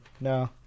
no